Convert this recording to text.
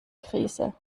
krise